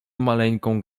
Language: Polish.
maleńką